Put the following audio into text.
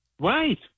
Right